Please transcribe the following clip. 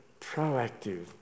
proactive